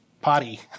potty